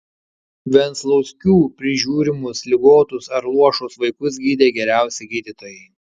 venclauskių prižiūrimus ligotus ar luošus vaikus gydė geriausi gydytojai